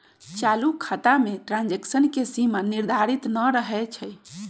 चालू खता में ट्रांजैक्शन के सीमा निर्धारित न रहै छइ